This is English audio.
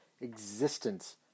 existence